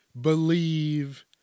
believe